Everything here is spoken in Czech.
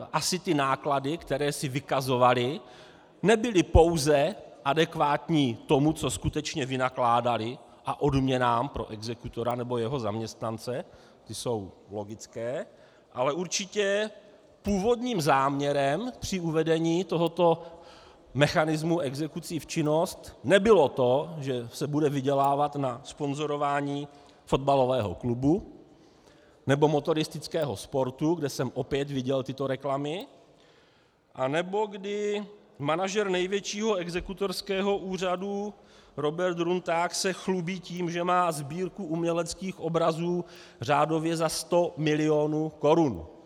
Asi ty náklady, které si vykazovali, nebyly pouze adekvátní tomu, co skutečně vynakládali, a odměnám pro exekutora nebo jeho zaměstnance, ty jsou logické, ale určitě původním záměrem při uvedení tohoto mechanismu exekucí v činnost nebylo to, že se bude vydělávat na sponzorování fotbalového klubu nebo motoristického sportu, kde jsem opět viděl tyto reklamy, anebo kdy manažer největšího exekutorského úřadu Robert Runták se chlubí tím, že má sbírku uměleckých obrazů řádově za 100 milionů korun.